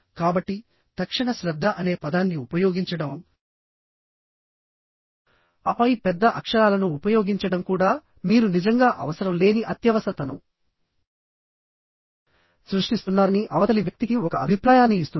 కాబట్టి తక్షణ శ్రద్ధ అనే పదాన్ని ఉపయోగించడంఆపై పెద్ద అక్షరాలను ఉపయోగించడం కూడా మీరు నిజంగా అవసరం లేని అత్యవసరతను సృష్టిస్తున్నారని అవతలి వ్యక్తికి ఒక అభిప్రాయాన్ని ఇస్తుంది